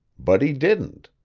but he didn't.